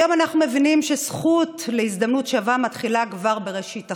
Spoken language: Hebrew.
היום אנחנו מבינים שזכות להזדמנות שווה מתחילה כבר בראשית החיים.